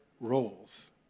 roles